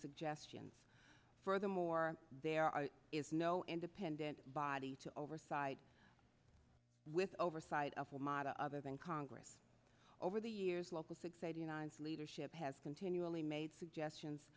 suggestions furthermore there is no independent body to oversight with oversight of a model other than congress over the years local leadership has continually made suggestions